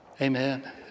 Amen